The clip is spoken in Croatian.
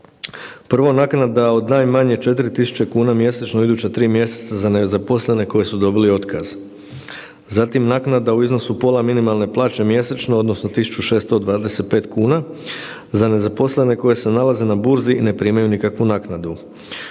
Prvo naknada od najmanje 4.000 kuna mjesečno u iduća 3 mjeseca za nezaposlene koji su dobili otkaz. Zatim naknada u iznosu pola minimalne plaće mjesečno odnosno 1.625 kuna za nezaposlene koji se nalaze na burzi i ne primaju nikakvu naknadu.